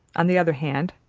on the other hand,